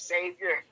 Savior